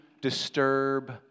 disturb